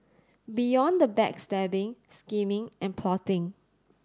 beyond the backstabbing scheming and plotting